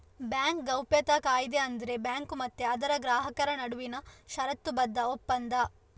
bank ಗೌಪ್ಯತಾ ಕಾಯಿದೆ ಅಂದ್ರೆ ಬ್ಯಾಂಕು ಮತ್ತೆ ಅದರ ಗ್ರಾಹಕರ ನಡುವಿನ ಷರತ್ತುಬದ್ಧ ಒಪ್ಪಂದ